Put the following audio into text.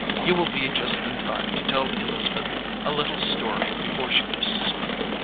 you will be just in time to tell elizabeth a little story before she goes to sleep.